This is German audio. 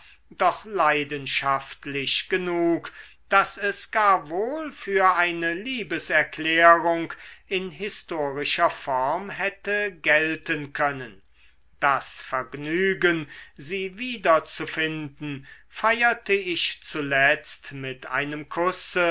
doch leidenschaftlich genug daß es gar wohl für eine liebeserklärung in historischer form hätte gelten können das vergnügen sie wieder zu finden feierte ich zuletzt mit einem kusse